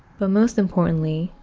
but most importantly,